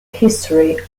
history